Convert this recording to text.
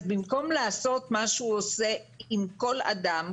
אז במקום לעשות מה שהוא עושה עם כל אדם,